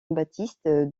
baptiste